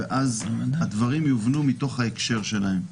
ואז הדברים יובנו מתוך ההקשר שלהם.